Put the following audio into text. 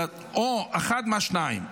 ואחת מהשתיים: